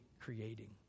creating